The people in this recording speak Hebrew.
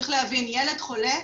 צריך להבין, ילד חולה,